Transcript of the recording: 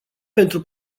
pentru